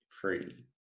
free